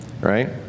right